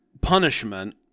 punishment